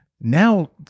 now